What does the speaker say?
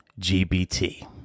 GBT